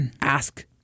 ask